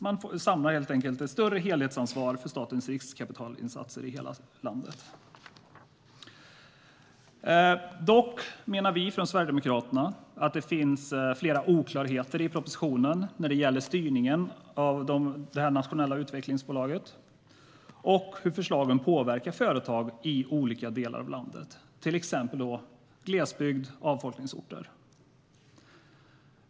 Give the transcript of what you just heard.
Man skapar helt enkelt ett större helhetsansvar för statens riskkapitalinsatser i hela landet. Dock menar vi att det finns flera oklarheter i propositionen när det gäller styrningen av det nationella utvecklingsbolaget och hur förslaget påverkar företag i olika delar av landet, till exempel i glesbygd och på avfolkningsorter.